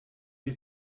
die